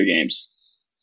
games